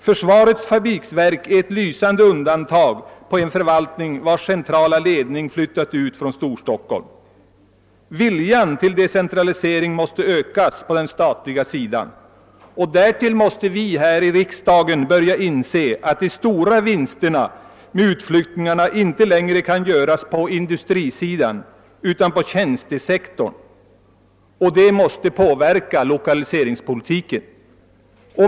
Försvarets fabriksverk är ett lysande undantag — dess centralförvaltning har flyttat ut från Storstockholm. Viljan till decentralisering måste öka på den statliga sidan, och därtill måste vi i riksdagen börja inse att de stora vinsterna med utflyttning inte längre kan göras på industrisidan utan på tjänstesektorn, och det måste påverka lokaliseringspolitiken.